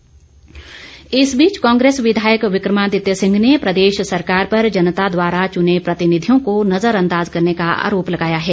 विकमादित्य कांग्रेस विधायक विक्रमादित्य सिंह ने प्रदेश सरकार पर जनता द्वारा चुने प्रतिनिधियों को नजर अंदाज करने का आरोप लगाया है